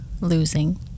losing